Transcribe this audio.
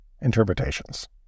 interpretations